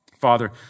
Father